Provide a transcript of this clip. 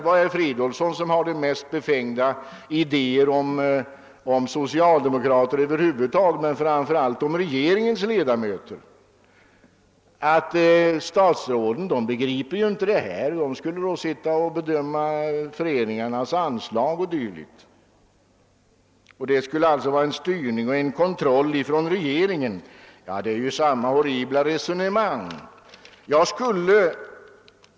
Herr Fridolfsson, som hade de mest befängda idéer om socialdemokrater över huvud taget men framför allt om regeringens ledamöter, påstod att stats råden inte begriper detta. De skulle bedöma föreningarnas anslag och dylikt, vilket skulle innebära en styrning och en kontroll från regeringen. Det är ju samma horribla resonemang som herr Rimås för.